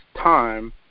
time